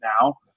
now